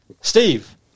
Steve